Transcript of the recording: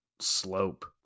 slope